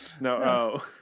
No